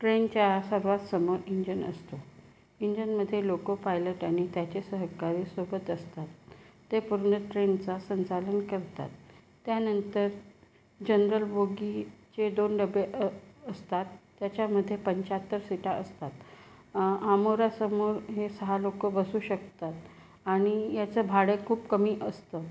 ट्रेनच्या सर्वात समोर इंजन असतो इंजनमधे लोकोपायलट आणि त्याचे सहकारी सोबत असतात ते पूर्ण ट्रेनचा संचालन करतात त्यानंतर जनरल बोगीचे दोन डबे अ असतात त्याच्यामधे पंच्याहत्तर सिटा असतात अमोरासमोर हे सहा लोकं बसू शकतात आणि याचं भाडं खूप कमी असतं